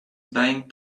buying